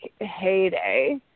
heyday